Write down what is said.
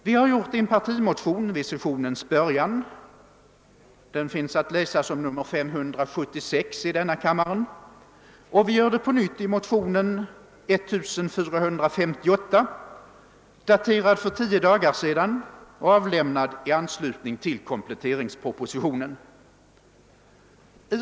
Vi har gjort det i en partimotion vid sessionens början, betecknad 1: 500 och II: 576, och vi gör det på nytt i motionen II: 1458 — likalydande med motionen 1: 1244 — daterad för tio dagar sedan och avlämnad i anslutning till kompletteringspropositionen.